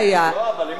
תראו,